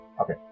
Okay